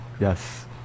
Yes